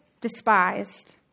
despised